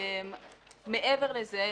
מעבר לזה,